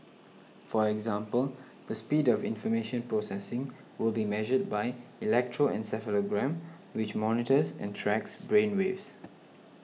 for example the speed of information processing will be measured by electroencephalogram which monitors and tracks brain waves